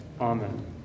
Amen